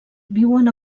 viuen